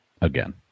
again